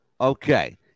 Okay